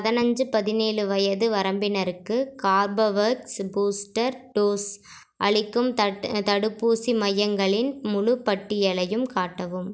பதினஞ்சி பதினேழு வயது வரம்பினருக்கு கார்பவேக்ஸ் பூஸ்டர் டோஸ் அளிக்கும் தடுப்பூசி மையங்களின் முழு பட்டியலையும் காட்டவும்